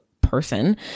person